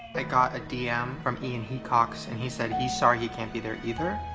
i got a dm from ian hecox, and he said he's sorry he can't be there either.